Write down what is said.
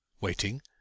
Waiting